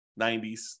90s